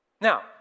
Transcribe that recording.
Now